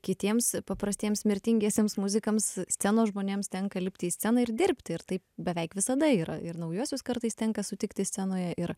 kitiems paprastiems mirtingiesiems muzikams scenos žmonėms tenka lipti į sceną ir dirbti ir taip beveik visada yra ir naujuosius kartais tenka sutikti scenoje ir